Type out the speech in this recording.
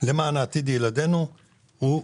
למען עתיד ילדינו הוא מצוין.